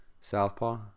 southpaw